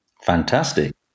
fantastic